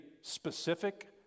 specific